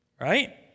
Right